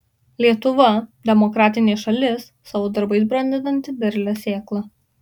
lietuva demokratinė šalis savo darbais brandinanti derlią sėklą